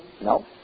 No